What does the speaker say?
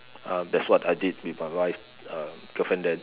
um that's what I did with my wife um girlfriend then